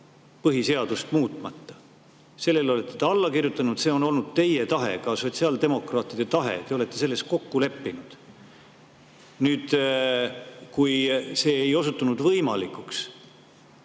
põhiseadust muutmata. Sellele olete te alla kirjutanud, see on olnud teie tahe, ka sotsiaaldemokraatide tahe, te olete selles kokku leppinud. See ei osutunud võimalikuks,